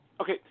Okay